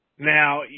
Now